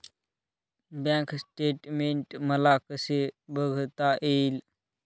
Bank statement मला कसे बघता येईल?